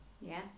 Yes